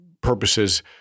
purposes